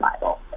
Bible